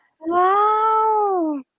Wow